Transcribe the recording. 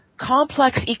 complex